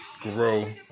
grow